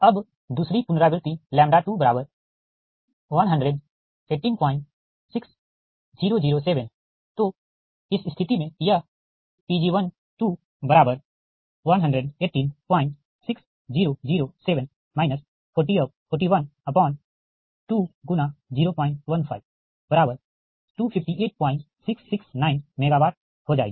अबदूसरी पुनरावृति 1186007 तो इस स्थिति में यह Pg11186007 412×015258669 MW हो जाएगी